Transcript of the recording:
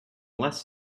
less